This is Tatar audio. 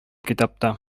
китапта